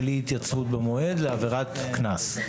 אי התייצבות במועד לעבירת קנס בהמשך.